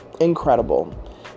Incredible